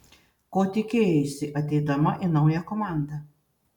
ko tikėjaisi ateidama į naują komandą